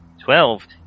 Twelve